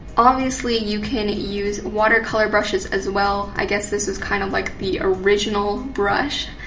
obviously, you can use watercolor brushes as well, i guess this was kind of like the original brush.